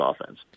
offense